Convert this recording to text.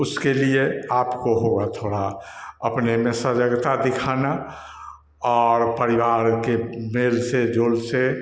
उसके लिए आपको होगा थोड़ा अपने में सजगता दिखाना और परिवार के मेल से जोल से